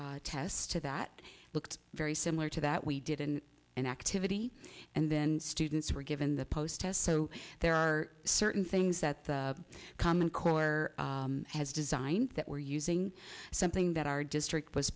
pre test to that looked very similar to that we did in an activity and then students were given the post test so there are certain things that the common core has designed that we're using something that our district was